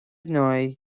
ndóigh